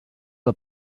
del